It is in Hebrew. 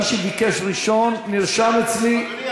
מי שביקש ראשון נרשם אצלי --- אדוני,